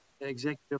Executive